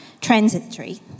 transitory